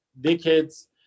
decades